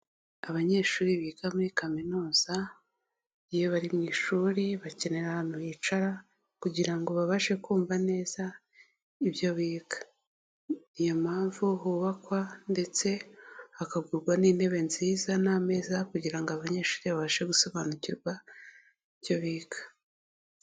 Abanyeshuri biga muri kaminuza, iyo bari mu ishuri bakenera ahantu hicara kugira ngo babashe kumva neza ibyo biga, ni yo mpamvu hubakwa ndetse hakagurwa n'intebe nziza n'ameza kugira ngo abanyeshuri babashe gusobanukirwa ibyo biga.